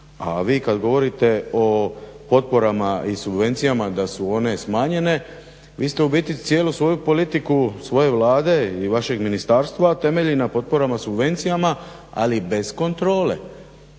A vi kad govorite o potporama i subvencijama da su one smanjene, vi ste u biti cijelu svoju politiku svoje Vlade i vašeg ministarstva temeljili na potporama i subvencijama, ali bez kontrole.